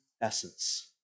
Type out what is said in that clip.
essence